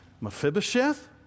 Mephibosheth